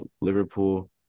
Liverpool